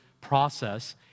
process